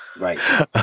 Right